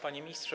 Panie Ministrze!